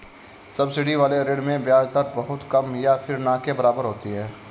subsidy वाले ऋण में ब्याज दर बहुत कम या फिर ना के बराबर होती है